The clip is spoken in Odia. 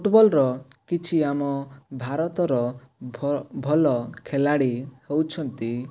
ଫୁଟବଲ୍ର କିଛି ଆମ ଭାରତର ଭଲ ଖେଲାଡ଼ି ହେଉଛନ୍ତି